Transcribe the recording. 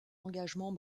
engagements